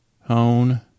Hone